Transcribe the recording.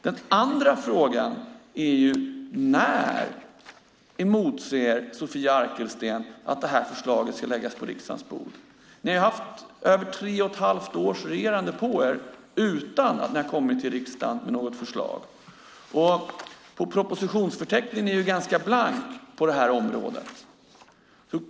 För det andra: När emotser Sofia Arkelsten att detta förslag ska läggas på riksdagens bord? Ni har haft över tre och ett halvt års regerande på er utan att ni har kommit till riksdagen med något förslag. Propositionsförteckningen är ganska blank på detta område.